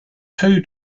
two